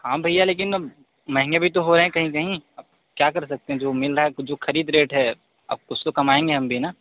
हाँ भैया लेकिन अब महंगे भी तो हो रहे हैं कहीं कहीं अब क्या कर सकते हैं जो मिल रहा है जो ख़रीद रेट है अब कूछ तो कमाएंगे हम भी ना